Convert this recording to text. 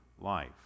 life